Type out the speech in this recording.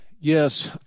Yes